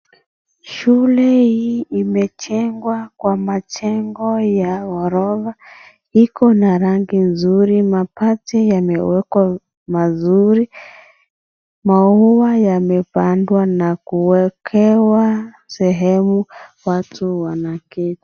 Shule hii imejengwa kwa majengo ya ghorofa. Iko na rangi nzuri, mabati yamewekwa mazuri. Maua yamepandwa na kuwekewa sehemu watu wanaketi.